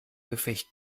gefecht